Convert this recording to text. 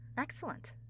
Excellent